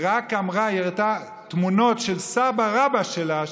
היא רק הראתה תמונות של סבא רבא שלה,